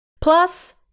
Plus